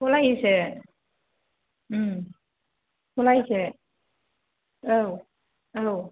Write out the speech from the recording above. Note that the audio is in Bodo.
सिख'लायोसो सिख'लायोसो औ औ